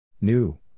new